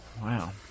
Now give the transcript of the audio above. Wow